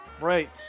Right